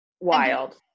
wild